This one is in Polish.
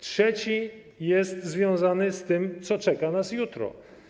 Trzeci jest związany z tym, co czeka nas jutro.